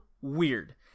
weird